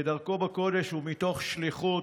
כדרכו בקודש ומתוך שליחות,